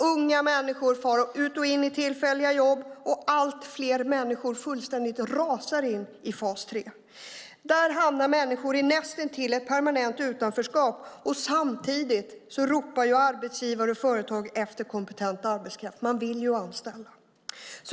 Unga människor far ut och in i tillfälliga jobb och allt fler människor fullständigt rasar in i fas 3. Där hamnar människor i ett näst intill permanent utanförskap. Samtidigt ropar arbetsgivare och företag efter kompetent arbetskraft. Man vill ju anställa.